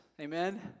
Amen